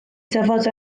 dyfod